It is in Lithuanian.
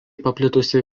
paplitusi